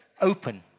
open